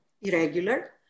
irregular